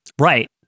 Right